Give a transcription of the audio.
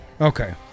Okay